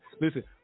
listen